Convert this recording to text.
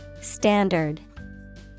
Standard